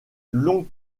longues